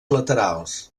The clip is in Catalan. laterals